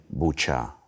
Bucha